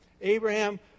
Abraham